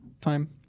time